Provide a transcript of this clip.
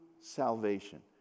salvation